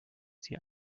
sie